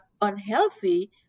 unhealthy